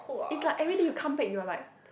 it's like everyday you come back you are like